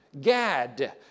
Gad